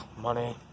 Money